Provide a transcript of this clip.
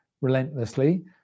relentlessly